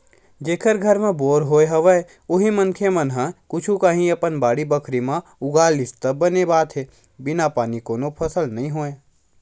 जेखर घर म बोर होय हवय उही मनखे मन ह कुछु काही अपन बाड़ी बखरी म उगा लिस त बने बात हे बिन पानी कोनो फसल नइ होय